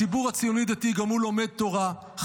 הציבור הציוני-דתי גם הוא לומד תורה,